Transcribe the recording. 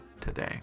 today